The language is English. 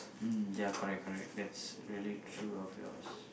mm ya correct correct that's really true of yours